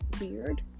weird